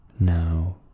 Now